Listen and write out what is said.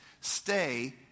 stay